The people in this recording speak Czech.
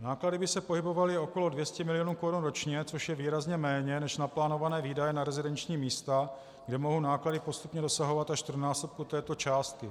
Náklady by se pohybovaly okolo 200 mil. korun ročně, což je výrazně méně než naplánované výdaje na rezidenční místa, kde mohou náklady postupně dosahovat až čtyřnásobku této částky.